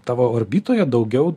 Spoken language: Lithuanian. tavo orbitoje daugiau